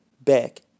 back